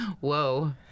Whoa